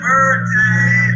Birthday